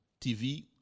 TV